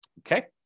okay